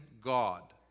God